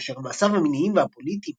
כאשר מעשיו המיניים והפוליטיים